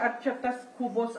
ar čia tas kubos